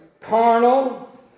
carnal